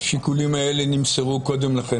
והשיקולים האלה נמסרו קודם לכן,